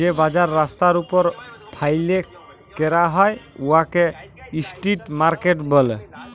যে বাজার রাস্তার উপর ফ্যাইলে ক্যরা হ্যয় উয়াকে ইস্ট্রিট মার্কেট ব্যলে